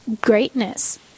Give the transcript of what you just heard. greatness